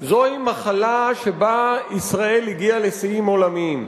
זוהי מחלה שבה ישראל הגיעה לשיאים עולמיים: